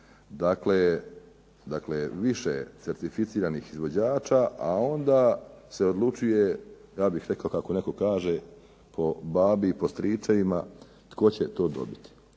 Dakle, više certificiranih izvođača, a onda se odlučuje kako netko kaže, po babi i po stričevima, tko će to dobiti.